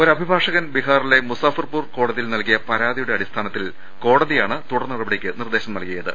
ഒരു അഭിഭാഷകൻ ബിഹാറിലെ മുസാഫർപൂർ കോടതിയിൽ നൽകിയ പരാതിയുടെ അടിസ്ഥാനത്തിൽ കോടതിയാണ് തുടർനടപ ടിക്ക് നിർദേശം നൽകിയത്